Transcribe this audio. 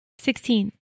Sixteen